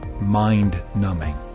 mind-numbing